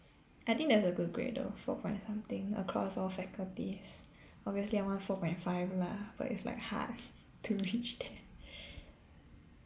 I think that's a good grade though four point something across all faculties obviously I want four point five lah but it's like hard to reach that